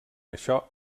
això